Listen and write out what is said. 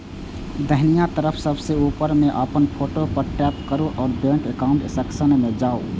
दाहिना तरफ सबसं ऊपर मे अपन फोटो पर टैप करू आ बैंक एकाउंट सेक्शन मे जाउ